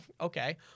Okay